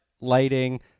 lighting